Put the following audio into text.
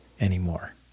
anymore